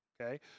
okay